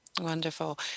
Wonderful